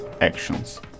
actions